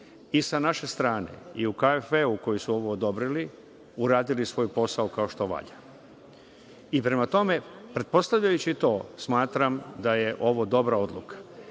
i sa naše strane i u KFW koji su ovo odobrili uradili svoj posao kako valja. Pretpostavljajući to, smatram da je ovo dobra odluka. Jako